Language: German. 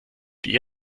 die